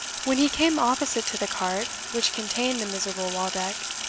when he came opposite to the cart which contained the miserable waldeck,